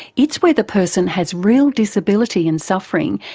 it's where the person has real disability and suffering,